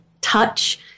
touch